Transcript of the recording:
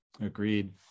Agreed